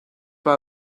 wahr